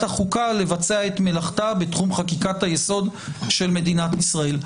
החוקה לבצע את מלאכתה בתחום חקיקת היסוד של מדינת ישראל.